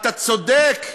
אתה צודק.